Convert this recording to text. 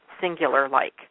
singular-like